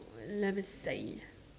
let me see